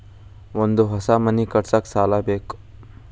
ನಂದು ಹೊಸ ಮನಿ ಕಟ್ಸಾಕ್ ಸಾಲ ಬೇಕು